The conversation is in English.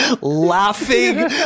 laughing